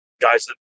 guys